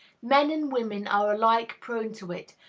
men and women are alike prone to it,